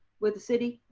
with the city?